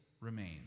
remains